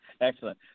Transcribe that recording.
Excellent